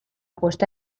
puesta